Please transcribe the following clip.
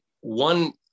one